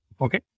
Okay